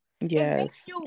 yes